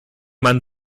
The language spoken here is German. mann